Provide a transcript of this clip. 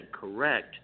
correct